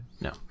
No